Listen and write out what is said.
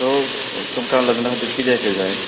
so तुमकां लग्ना खातीर कितेंशें जाय